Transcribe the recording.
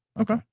okay